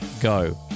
go